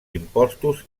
impostos